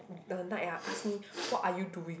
the night ah ask me what are you doing